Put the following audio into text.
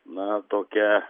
na tokia